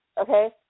okay